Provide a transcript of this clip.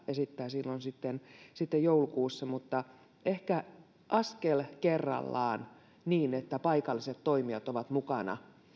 esittää sitten silloin joulukuussa mutta ehkä askel kerrallaan niin että paikalliset toimijat ovat mukana